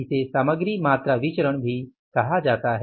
इसे सामग्री मात्रा विचरण भी कहा जाता है